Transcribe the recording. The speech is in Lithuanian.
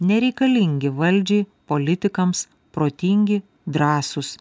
nereikalingi valdžiai politikams protingi drąsūs